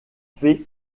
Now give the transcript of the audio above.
faits